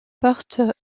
porte